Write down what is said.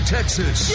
Texas